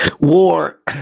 War